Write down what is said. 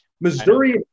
Missouri